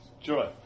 Joy